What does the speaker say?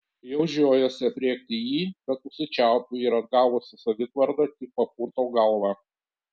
jau žiojuosi aprėkti jį bet užsičiaupiu ir atgavusi savitvardą tik papurtau galvą